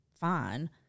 fine